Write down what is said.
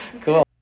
Cool